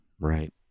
Right